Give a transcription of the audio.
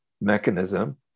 mechanism